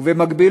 ובמקביל,